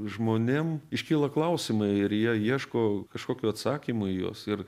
žmonėm iškyla klausimai ir jie ieško kažkokių atsakymų į juos ir